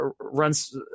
runs